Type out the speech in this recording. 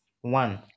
one